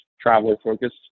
traveler-focused